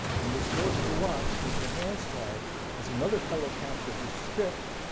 and was forced to watch with her hands tied as another fellow captive was stripped,